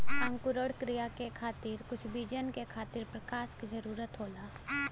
अंकुरण क्रिया के खातिर कुछ बीजन के खातिर प्रकाश क जरूरत होला